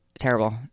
Terrible